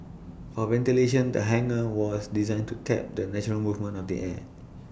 for ventilation the hangar was designed to tap the natural movement of the air